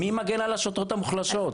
מי מגן על השוטרות המוחלשות?